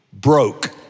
broke